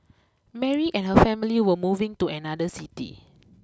Mary and her family were moving to another city